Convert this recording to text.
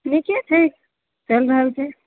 नीके छै चलि रहल छै